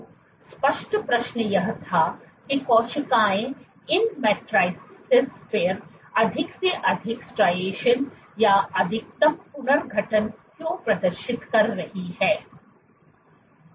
तो स्पष्ट प्रश्न यह था कि कोशिकाएं इन मैट्रिसेस पर अधिक से अधिक स्ट्राइएशन या अधिकतम पुनर्गठन क्यों प्रदर्शित कर रही हैं